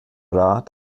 rat